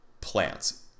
plants